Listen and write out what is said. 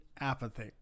apathy